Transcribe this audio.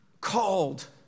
called